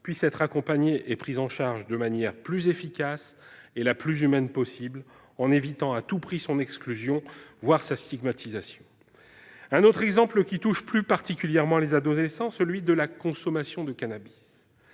puisse être accompagné et pris en charge de la façon la plus efficace et la plus humaine possible, en évitant à tout prix son exclusion, voire sa stigmatisation. Un autre exemple, qui touche plus particulièrement les adolescents, est celui de la consommation de cannabis.